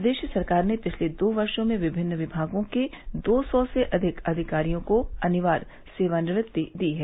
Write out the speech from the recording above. प्रदेश सरकार ने पिछले दो वर्षों में विभिन्न विभागों के दो सौ से अधिक अधिकारियों को अनिवार्य सेवानिवृत्ति दी है